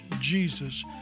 jesus